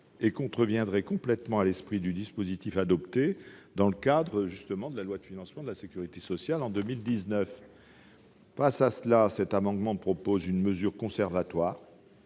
et contreviendrait totalement à l'esprit du dispositif adopté dans le cadre de la loi de financement de la sécurité sociale pour 2019. Face à cela, cet amendement tend à proposer une mesure conservatoire.